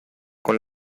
con